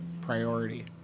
priority